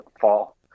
fall